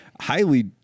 highly